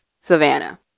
Savannah